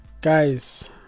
guys